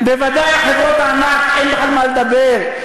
בוודאי חברות הענק, אין בכלל מה לדבר.